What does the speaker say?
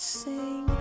sing